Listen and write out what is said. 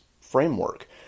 framework